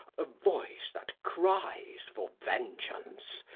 a voice that cries for vengeance.